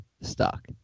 stock